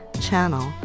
Channel